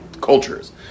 cultures